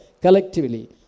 collectively